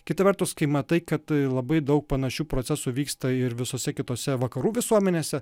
kita vertus kai matai kad labai daug panašių procesų vyksta ir visose kitose vakarų visuomenėse